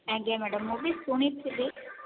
ଆଜ୍ଞା ମ୍ୟାଡ଼ାମ୍ ମୁଁ ବି ଶୁଣିଥିଲି